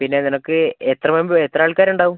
പിന്നെ നിനക്ക് എത്ര മെമ്പ് എത്ര ആൾക്കാർ ഉണ്ടാവും